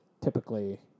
typically